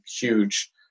huge